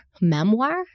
Memoir